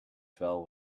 fell